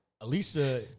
Alicia